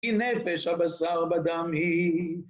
כי נפש הבשר בדם היא.